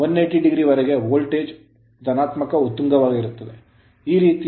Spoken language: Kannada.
180o ವರಗೆ ವೋಲ್ಟೇಜ್ positive ಧನಾತ್ಮಕ ಉತ್ತುಂಗವಾಗಿರುತ್ತದೆ ಈ ರೀತಿ